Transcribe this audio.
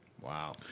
Wow